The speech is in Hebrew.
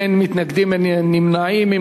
התשע"ב 2012,